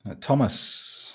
Thomas